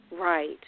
Right